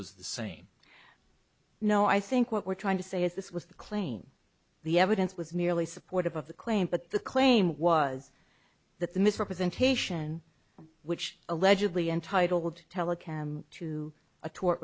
was the same no i think what we're trying to say is this was the claim the evidence was merely supportive of the claim but the claim was that the misrepresentation which allegedly entitled telecom to a tort